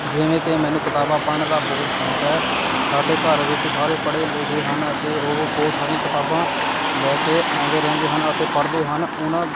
ਜਿਵੇਂ ਕਿ ਮੈਨੂੰ ਕਿਤਾਬਾਂ ਪੜ੍ਹਨ ਦਾ ਬਹੁਤ ਸ਼ੌਕ ਹੈ ਸਾਡੇ ਘਰ ਵਿੱਚ ਸਾਰੇ ਪੜ੍ਹੇ ਲਿਖੇ ਹਨ ਅਤੇ ਉਹ ਬਹੁਤ ਸਾਰੀਆਂ ਕਿਤਾਬਾਂ ਲੈ ਕੇ ਆਉਂਦੇ ਰਹਿੰਦੇ ਹਨ ਅਤੇ ਪੜ੍ਹਦੇ ਹਨ ਉਹਨਾਂ